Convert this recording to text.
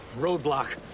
Roadblock